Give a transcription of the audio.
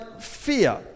fear